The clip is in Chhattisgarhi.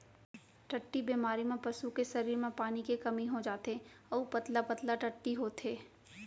टट्टी बेमारी म पसू के सरीर म पानी के कमी हो जाथे अउ पतला पतला टट्टी होथे